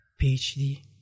PhD